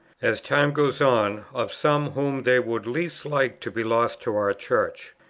as time goes on, of some whom they would least like to be lost to our church.